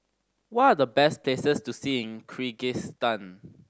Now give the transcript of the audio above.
what are the best places to see in Kyrgyzstan